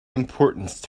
importance